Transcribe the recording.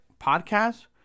podcast